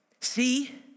See